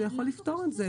זה יכול לפתור את זה,